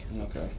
okay